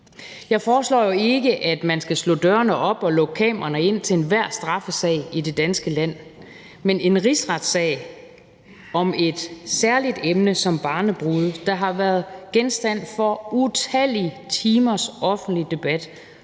Jeg foreslår jo ikke, at man skal slå dørene op og lukke kameraerne ind til enhver straffesag i det danske land, men en rigsretssag om et særligt emne som barnebrude, der har været genstand for utallige timers offentlig debat